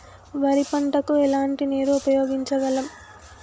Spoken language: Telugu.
వరి పంట కు ఎలాంటి నీరు ఉపయోగించగలం?